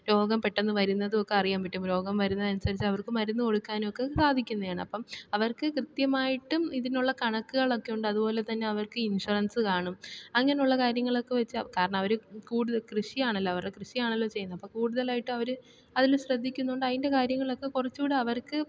രോഗം പെട്ടെന്ന് വരുന്നതൊക്കെ അറിയാൻ പറ്റും രോഗം വരുന്നത് അനുസരിച്ച് അവർക്ക് മരുന്ന് കൊടുക്കാനൊക്കെ സാധിക്കുന്നതാണ് അപ്പം അവർക്ക് കൃത്യമായിട്ടും ഇതിനുള്ള കണക്കുകളൊക്കെയുണ്ട് അതുപോലെ തന്നെ അവർക്ക് ഇൻഷുറൻസ് കാണും അങ്ങനെയുള്ള കാര്യങ്ങളൊക്കെ വച്ച് കാരണം അവർ കൂടുതൽ കൃഷിയാണല്ലോ അവർ കൃഷിയാണല്ലോ ചെയ്യുന്നത് അപ്പം കൂടുതലായിട്ട് അവർ അതിൽ ശ്രദ്ധിക്കുന്നതുകൊണ്ട് അതിൻ്റെ കാര്യങ്ങളൊക്കെ കുറച്ചുകൂടെ അവർക്ക്